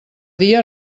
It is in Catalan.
dia